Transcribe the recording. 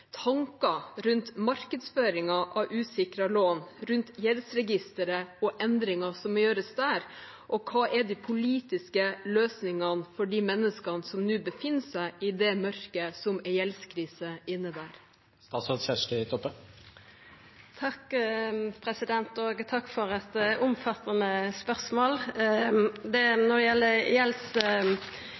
tanker rundt markedsføringen av usikrede lån og rundt Gjeldsregisteret og endringer som må gjøres der? Hva er de politiske løsningene for de menneskene som nå befinner seg i det mørket som en gjeldskrise innebærer? Takk for eit omfattande spørsmål. Når det gjeld gjeldsregisterlova, er den under revidering. Den ligg under mitt departement, så det